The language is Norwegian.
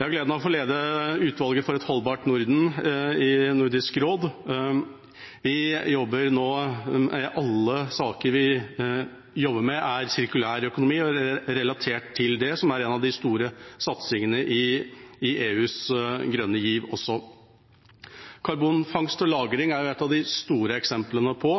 Jeg har gleden av å få lede Utvalget for et holdbart Norden i Nordisk råd. Alle saker vi jobber med, er relatert til sirkulær økonomi, som er en av de store satsingene i EUs grønne giv også. Karbonfangst og -lagring er et av de store eksemplene på